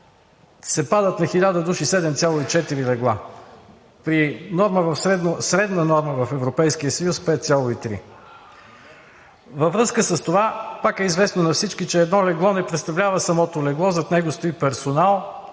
се падат на 1000 души 7,4 легла при средна норма в Европейския съюз – 5,3. Във връзка с това пак е известно на всички, че едно легло не представлява самото легло, зад него стои персонал,